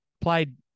Played